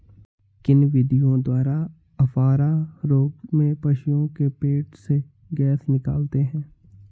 किन विधियों द्वारा अफारा रोग में पशुओं के पेट से गैस निकालते हैं?